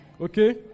Okay